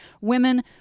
women